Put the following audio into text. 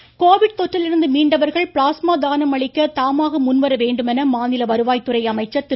Udhayakumar Covid தொற்றிலிருந்து மீண்டவர்கள் plasma தானம் அளிக்க தாமாக முன்வர வேண்டும் என மாநில வருவாய் துறை அமைச்சர் திரு